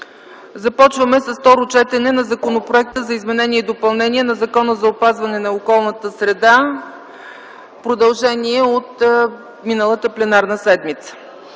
г.: 1. Второ четене на Законопроекта за изменение и допълнение на Закона за опазване на околната среда – продължение от миналата пленарна седмица.